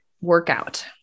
workout